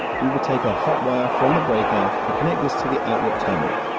we would take a hot wire from the breaker and connect this to the outlet terminal.